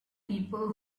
people